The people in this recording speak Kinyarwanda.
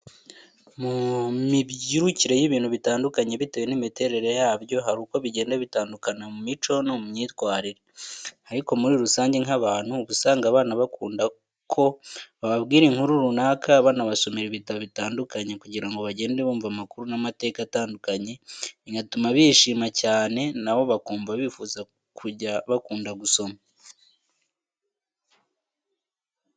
Mu mibyirukire y'ibintu bitandukanye bitewe n'imiterere yabyo hari uko bigenda bitandukana mu mico no mu myitwarire. Ariko muri rusange nk'abantu uba usanga abana bakunda ko bababwira inkuru runaka banabasomera ibitabo bitandukanye kugira ngo bagende bumva amakuru n'amateka atandukanye bigatuma bishima cyane na bo bakumva bifuza kujya bakunda gusoma.